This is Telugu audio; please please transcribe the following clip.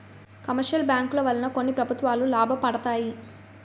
కమర్షియల్ బ్యాంకుల వలన కొన్ని ప్రభుత్వాలు లాభపడతాయి